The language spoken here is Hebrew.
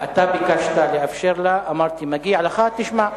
אתה ביקשת לאפשר לה, אמרתי מגיע לך, תשמע.